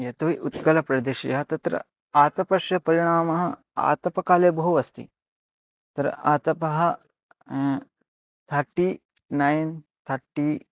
यतो हि उत्कलप्रदेशीयः तत्र आतपस्य परिणामः आतपकाले बहु अस्ति अत्र आतपः तर्टि नैन् थर्टि